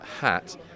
hat